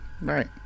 right